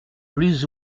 plus